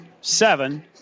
seven